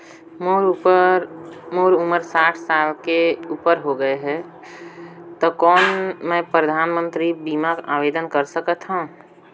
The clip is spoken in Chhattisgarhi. मोर उमर साठ साल ले उपर हो गे हवय त कौन मैं परधानमंतरी बीमा बर आवेदन कर सकथव?